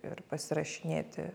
ir pasirašinėti